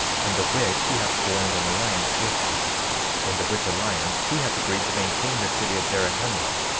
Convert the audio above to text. in the which he hath joined an alliance with him in the which alliance he hath agreed to maintain the city of zarahemla,